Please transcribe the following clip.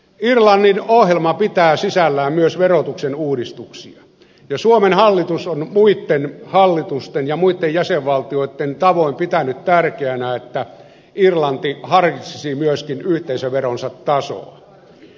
irlannin ohjelma pitää sisällään myös verotuksen uudistuksia ja suomen hallitus on muitten hallitusten ja muitten jäsenvaltioitten tavoin pitänyt tärkeänä että irlanti harkitsisi myöskin yhteisöveronsa tasoa